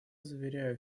заверяю